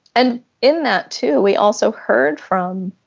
and in that too we also heard from